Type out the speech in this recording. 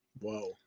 whoa